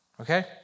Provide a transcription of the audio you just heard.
Okay